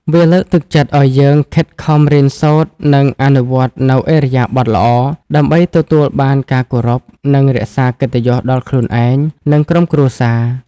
វាលើកទឹកចិត្តឱ្យយើងខិតខំរៀនសូត្រ និងអនុវត្តនូវឥរិយាបទល្អ ដើម្បីទទួលបានការគោរព និងរក្សាកិត្តិយសដល់ខ្លួនឯង និងក្រុមគ្រួសារ។